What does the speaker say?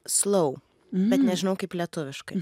slow bet nežinau kaip lietuviškai